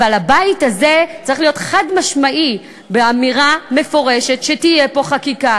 אבל הבית הזה צריך להיות חד-משמעי באמירה מפורשת שתהיה פה חקיקה